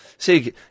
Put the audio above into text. See